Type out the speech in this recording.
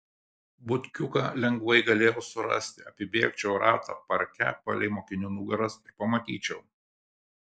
butkiuką lengvai galėjau surasti apibėgčiau ratą parke palei mokinių nugaras ir pamatyčiau